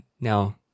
now